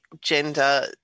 gender